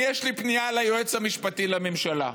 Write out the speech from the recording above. אני, יש לי פנייה ליועץ המשפטי לממשלה,